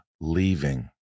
leaving